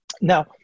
Now